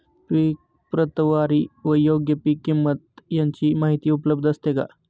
पीक प्रतवारी व योग्य पीक किंमत यांची माहिती उपलब्ध असते का?